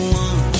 one